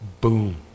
boom